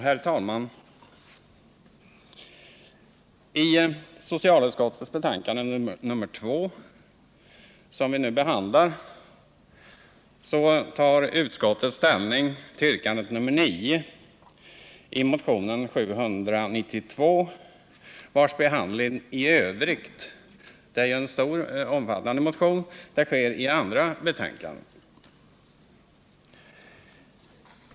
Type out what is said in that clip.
Herr talman! I socialutskottets betänkande nr 2, som vi nu behandlar, tar utskottet ställning till yrkande nr 9 i motionen nr 792. Motionen är omfattande och behandlas i övrigt i andra betänkanden.